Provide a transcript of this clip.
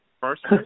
First